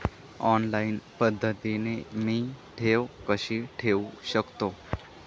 Online पद्धतीने मी ठेव कशी ठेवू शकतो?